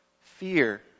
Fear